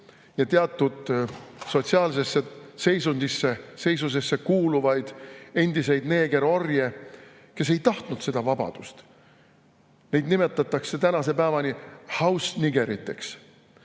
ja teatud sotsiaalsesse seisusesse kuuluvaid endiseid neegerorje, kes ei tahtnud seda vabadust. Neid nimetatakse tänase päevanihouse nigger'iteks: